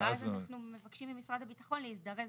ואז אנחנו מבקשים ממשרד הביטחון להזדרז